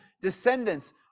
descendants